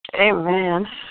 Amen